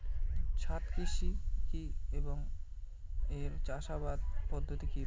ছাদ কৃষি কী এবং এর চাষাবাদ পদ্ধতি কিরূপ?